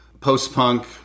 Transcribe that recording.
post-punk